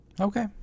Okay